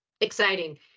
Exciting